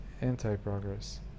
anti-progress